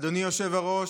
אדוני היושב-ראש,